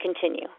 continue